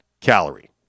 calorie